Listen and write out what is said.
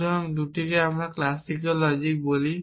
সুতরাং এই 2 কে আমরা ক্লাসিক্যাল লজিক বলে থাকি